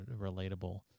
relatable